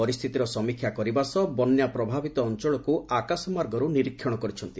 ପରିସ୍ଥିତିର ସମୀକ୍ଷା କରିବା ସହ ବନ୍ୟା ପ୍ରଭାବିତ ଅଞ୍ଚଳକୁ ଆକାଶମାର୍ଗରୁ ନିରୀକ୍ଷଣ କରିଛନ୍ତି